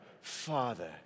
Father